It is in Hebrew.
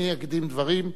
אני אקדים דברים,